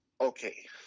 okay